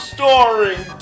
Starring